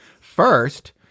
First